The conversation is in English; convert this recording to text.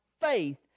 faith